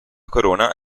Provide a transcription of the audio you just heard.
corona